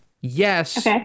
Yes